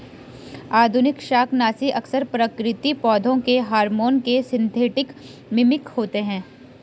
आधुनिक शाकनाशी अक्सर प्राकृतिक पौधों के हार्मोन के सिंथेटिक मिमिक होते हैं